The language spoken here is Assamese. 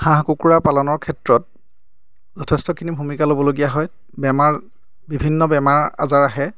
হাঁহ কুকুৰা পালনৰ ক্ষেত্ৰত যথেষ্টখিনি ভূমিকা ল'বলগীয়া হয় বেমাৰ বিভিন্ন বেমাৰ আজাৰ আহে